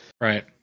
Right